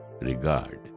regard